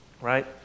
right